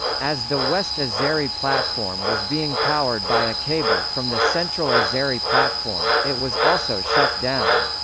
as the west azeri platform was being powered by a cable from the central azeri platform, it was also shut down.